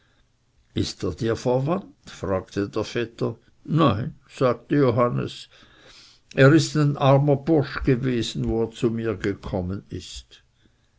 ist er dir verwandt fragte der vetter nein sagte johannes er ist ein armer bursch gewesen wo er zu mir gekommen ist